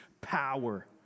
power